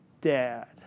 dad